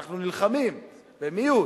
אנחנו נלחמים, במיעוט,